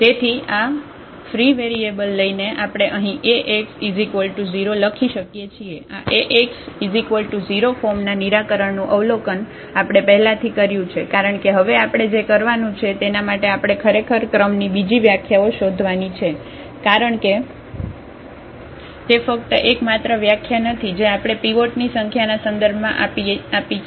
તેથી આ free variable લઈને આપણે અહીં Ax 0 લખી શકીએ છીએ આ Ax 0 ફોર્મના નિરાકરણનું અવલોકન આપણે પહેલાથી કર્યું છે કારણ કે હવે આપણે જે કરવાનું છે તેના માટે આપણે ખરેખર ક્રમની બીજી વ્યાખ્યાઓ શોધવાની છે કારણ કે તે ફક્ત એક માત્ર વ્યાખ્યા નથી જે આપણે પીવોટની સંખ્યાના સંદર્ભમાં આપી છે